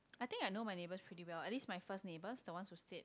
I think I know my neighbours pretty well at least my first neighbours the ones who stayed